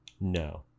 No